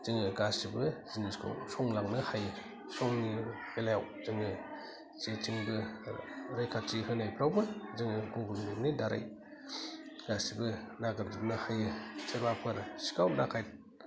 जोङो गासैबो जिनिसखौ संलांनो हायो संनि बेलायाव जोङो जेथिंबो रैखाथि होनायफ्रावबो जोङो गुगोल मेप नि दारै गासैबो नागिरजोबनो हायो सोरबाफोर सिखाव दाखायद